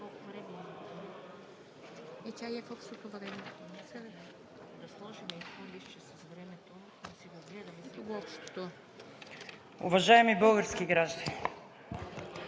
Уважаеми български граждани,